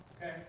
okay